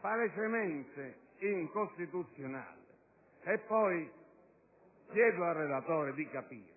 palesemente incostituzionale. Chiedo poi al relatore di capire.